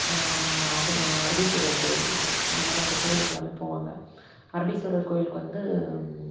அது நான் அரபீஸ்வரர் கோயில்ருக்குது அதனால அந்த கோவிலுக்கெல்லாமே போவாங்க அரபீஸ்வரர் கோயிலுக்கு வந்து